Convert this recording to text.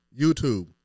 YouTube